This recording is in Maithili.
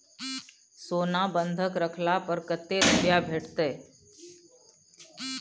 सोना बंधक रखला पर कत्ते रुपिया भेटतै?